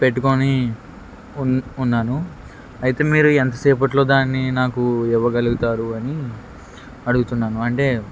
పెట్టుకొని ఉన్ ఉన్నాను అయితే మీరు ఎంతసేపట్లో దాన్ని నాకు ఇవ్వగలుగుతారు అని అడుగుతున్నాను అంటే